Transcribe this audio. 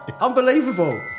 unbelievable